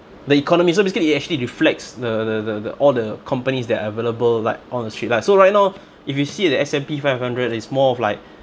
the economy so basically it actually reflects the the the the all the companies that are available like on the street lah so right now if you see the S and P five hundred is more of like